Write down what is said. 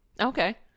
Okay